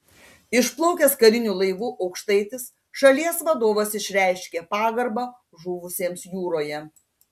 išplaukęs kariniu laivu aukštaitis šalies vadovas išreiškė pagarbą žuvusiems jūroje